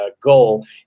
goal